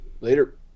Later